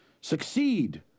Succeed